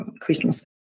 Christmas